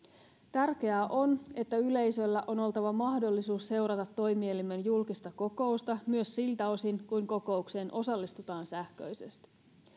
tärkeää on että yleisöllä on oltava mahdollisuus seurata toimielimen julkista kokousta myös siltä osin kuin kokoukseen osallistutaan sähköisesti